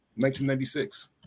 1996